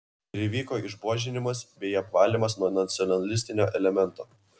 ir įvyko išbuožinimas bei apvalymas nuo nacionalistinio elemento